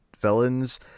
villains